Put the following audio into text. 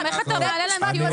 איך אתה מעלה להם טיעון?